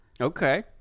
Okay